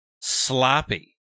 sloppy